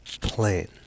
plane